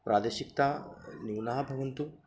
प्रादेशिकताः न्यूनाः भवन्तु